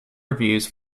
reviews